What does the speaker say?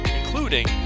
including